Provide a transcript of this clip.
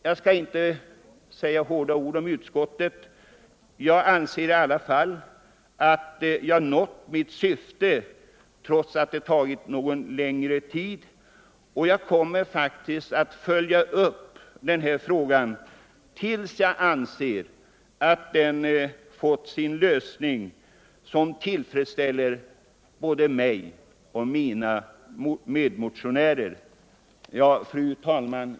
Jag skall inte säga några hårda ord om utskottet; jag tycker i alla fall att jag nått mitt syfte, trots att det tagit lång tid. Men jag kommer att följa upp frågan tills jag anser att den har fått en lösning som tillfredsställer mig och mina medmotionärer. Fru talman!